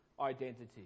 identity